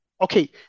Okay